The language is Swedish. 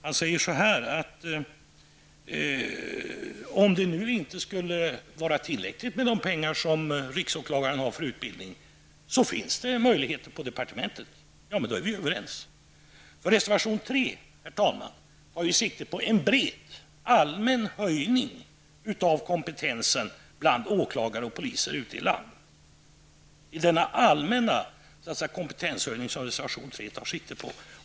Han säger att om riksåklagaren inte har tillräckligt med pengar till utbildning finns det på departementet möjlighet att få mer. Men då är vi ju överens. I reservation 3 tar vi nämligen sikte på en bred och allmän höjning av kompetensen bland åklagare och poliser ute i landet. Det är alltså denna allmänna kompetenshöjning som vi i reservation 3 tar sikte på.